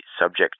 subject